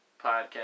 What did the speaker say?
podcast